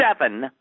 seven